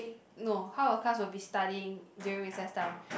no half the class will be studying during recess time